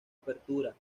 apertura